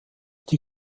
die